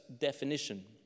definition